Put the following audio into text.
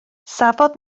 safodd